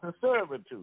servitude